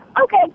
Okay